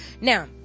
Now